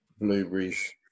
blueberries